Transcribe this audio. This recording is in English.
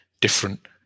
different